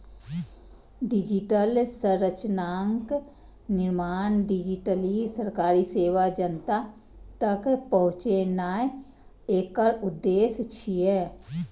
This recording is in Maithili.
डिजिटल संरचनाक निर्माण, डिजिटली सरकारी सेवा जनता तक पहुंचेनाय एकर उद्देश्य छियै